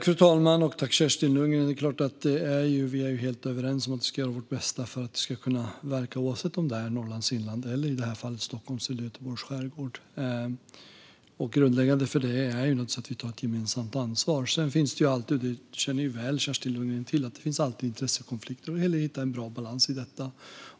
Fru talman! Vi är helt överens om att vi ska göra vårt bästa för att man ska kunna verka överallt, oavsett om det är Norrlands inland eller - i det här fallet - Stockholms, eller Göteborgs, skärgård. Grundläggande för det är naturligtvis att vi tar ett gemensamt ansvar. Sedan känner Kerstin Lundgren väl till att det alltid finns intressekonflikter och att det gäller att hitta en bra balans i detta.